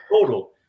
total